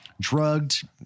drugged